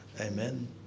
Amen